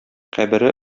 кабере